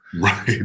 Right